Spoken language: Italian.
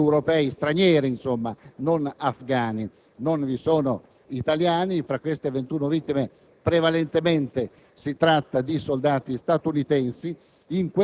Va ricordato che dall'inizio dell'anno in quella zona si sono registrate ben 21 vittime tra i soldati stranieri, non afghani.